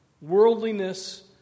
worldliness